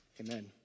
Amen